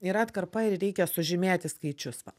yra atkarpa ir reikia sužymėti skaičius va